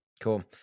Cool